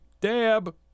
dab